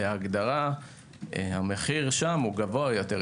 בהגדרה המחיר שם גבוה יותר.